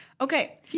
Okay